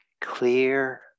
clear